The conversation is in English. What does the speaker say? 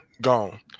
gone